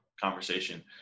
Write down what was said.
conversation